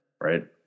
right